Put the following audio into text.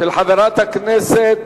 של חברת הכנסת